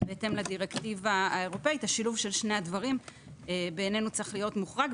בהתאם לדירקטיבה האירופאית השילוב של שני הדברים צריך להיות מוחרג,